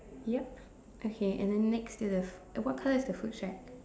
yup okay and then next to this what colour is the food shack